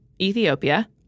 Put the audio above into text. Ethiopia